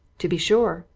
to be sure,